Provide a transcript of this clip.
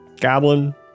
Goblin